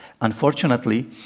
Unfortunately